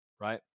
Right